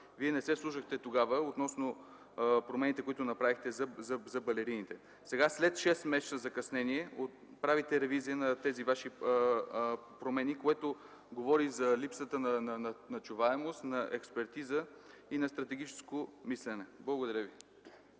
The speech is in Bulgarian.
не се вслушахте относно промените, които направихте за балерините, и сега със закъснение, след шест месеца правите ревизия на тези ваши промени, което говори за липсата на чуваемост, на експертиза и на стратегическо мислене. Благодаря ви.